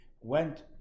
went